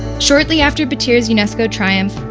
shortly after battir's unesco triumph,